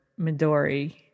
Midori